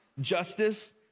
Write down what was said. Justice